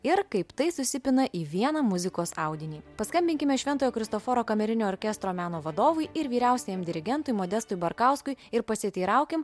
ir kaip tai susipina į vieną muzikos audinį paskambinkime šventojo kristoforo kamerinio orkestro meno vadovui ir vyriausiajam dirigentui modestui barkauskui ir pasiteiraukim